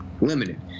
limited